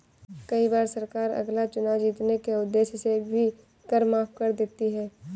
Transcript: कई बार सरकार अगला चुनाव जीतने के उद्देश्य से भी कर माफ कर देती है